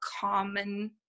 common